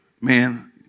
Man